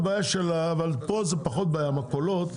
לגבי המכולות,